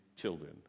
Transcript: children